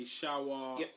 Shower